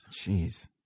Jeez